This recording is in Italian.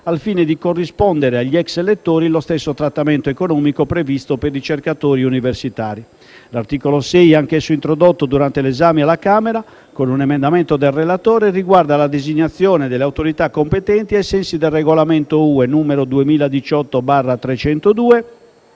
al fine di corrispondere agli ex lettori lo stesso trattamento economico previsto per i ricercatori universitari. L'articolo 6, anch'esso introdotto durante l'esame alla Camera, con un emendamento del relatore, riguarda la designazione delle autorità competenti ai sensi del regolamento UE 2018/302